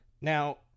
Now